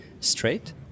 straight